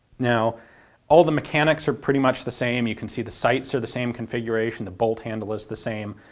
now all the mechanics are pretty much the same. you can see the sights are the same configuration. the bolt handle is the same.